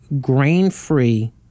grain-free